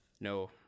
No